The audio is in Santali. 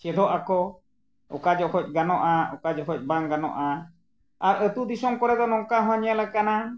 ᱪᱮᱫᱚᱜ ᱟᱠᱚ ᱚᱠᱟ ᱡᱚᱠᱷᱚᱱ ᱜᱟᱱᱚᱜᱼᱟ ᱚᱠᱟ ᱡᱚᱠᱷᱚᱱ ᱵᱟᱝ ᱜᱟᱱᱚᱜᱼᱟ ᱟᱨ ᱟᱛᱳ ᱫᱤᱥᱚᱢ ᱠᱚᱨᱮ ᱫᱚ ᱱᱚᱝᱠᱟ ᱦᱚᱸ ᱧᱮᱞ ᱟᱠᱟᱱᱟ